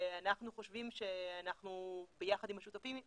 אנחנו חושבים שביחד עם השותפים אנחנו,